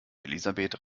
elisabeth